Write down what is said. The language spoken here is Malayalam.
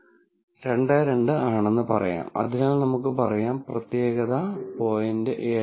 22 ആണെന്ന് പറയാം അതിനാൽ നമുക്ക് പറയാം പ്രത്യേകത 0